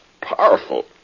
powerful